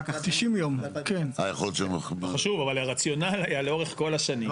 אבל הרציונל היה לאורך כל שנים,